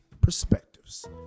perspectives